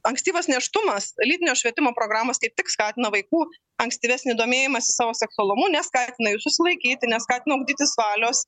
ankstyvas nėštumas lytinio švietimo programos kaip tik skatina vaikų ankstyvesnį domėjimąsi savo seksualumu neskatina jų susilaikyti neskatina ugdytis valios